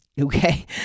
Okay